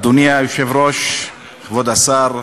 אדוני היושב-ראש, כבוד השר,